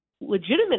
legitimate